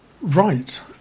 Right